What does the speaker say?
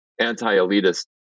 anti-elitist